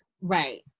right